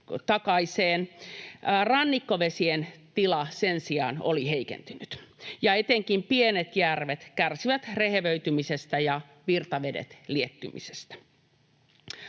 rannikkovesien tila sen sijaan oli heikentynyt ja etenkin pienet järvet kärsivät rehevöitymisestä ja virtavedet liettymisestä.